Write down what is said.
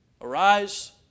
Arise